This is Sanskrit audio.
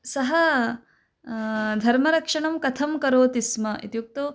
सः धर्मरक्षणं कथं करोति स्म इत्युक्तौ